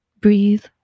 Breathe